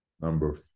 Number